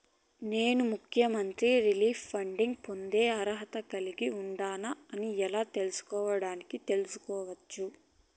నేను ముఖ్యమంత్రి relief fund పొందేకి అర్హత కలిగి ఉండానా అని ఎలా తెలుసుకోవడానికి తెలుసుకోవచ్చు